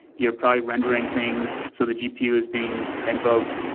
you're probably rendering things. so the gpu is being invoked.